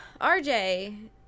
RJ